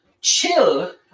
chill